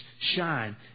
shine